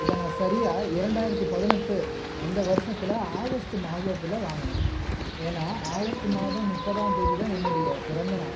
இத நா சரியாக இரண்டாயிரத்தி பதினெட்டு அந்த வருஷத்தில் ஆகஸ்ட் மாதத்தில் வாங்கினே ஏன்னால் ஆகஸ்ட் மாதம் முப்பதாம் தேதி தான் என்னுடைய பிறந்த நாள்